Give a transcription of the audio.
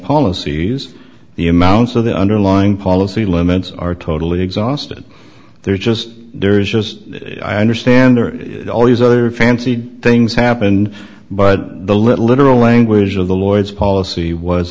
policies the amounts of the underlying policy limits are totally exhausted there's just there's just i understand all these other fancy things happened but the literal language of the lloyd's policy was